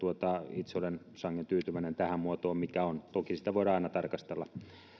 itse olen sangen tyytyväinen tähän muotoon mikä on toki sitä voidaan aina tarkastella